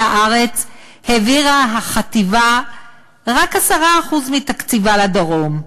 הארץ העבירה החטיבה רק 10% מתקציבה לדרום.